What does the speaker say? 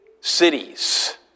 cities